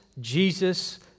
Jesus